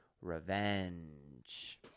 Revenge